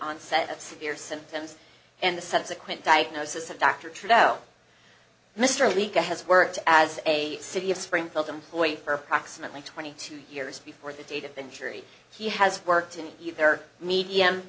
onset of severe symptoms and the subsequent diagnosis of dr trudeau mr leka has worked as a city of springfield employee for approximately twenty two years before the date of the injury he has worked in either medium